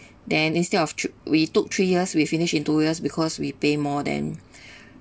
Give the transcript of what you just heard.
then instead of thre~ we took three years we finished in two years because we pay more than